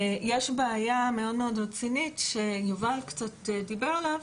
יש בעיה מאוד רצינית שיובל קצת דיברנו עליה,